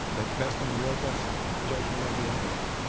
that's best on your best judgment of the evidence.